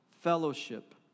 fellowship